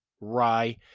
rye